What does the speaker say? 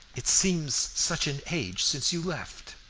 it seems such an age since you left!